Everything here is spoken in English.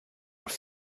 were